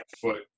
foot